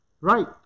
Right